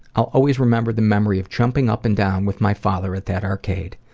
i'll always remember the memory of jumping up and down with my father at that arcade.